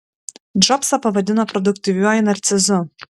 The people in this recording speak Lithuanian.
džobsą pavadino produktyviuoju narcizu